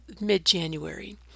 mid-January